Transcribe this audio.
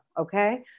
Okay